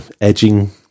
edging